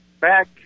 back